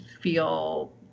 feel